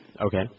Okay